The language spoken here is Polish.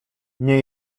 nie